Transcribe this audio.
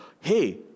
hey